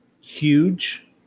Huge